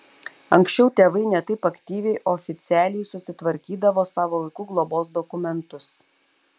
anksčiau tėvai ne taip aktyviai oficialiai susitvarkydavo savo vaikų globos dokumentus